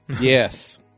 Yes